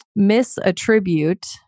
misattribute